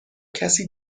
کسی